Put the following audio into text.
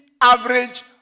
average